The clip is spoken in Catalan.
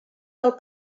del